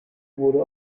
wurde